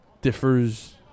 differs